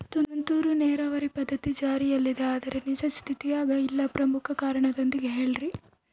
ತುಂತುರು ನೇರಾವರಿ ಪದ್ಧತಿ ಜಾರಿಯಲ್ಲಿದೆ ಆದರೆ ನಿಜ ಸ್ಥಿತಿಯಾಗ ಇಲ್ಲ ಪ್ರಮುಖ ಕಾರಣದೊಂದಿಗೆ ಹೇಳ್ರಿ?